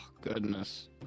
goodness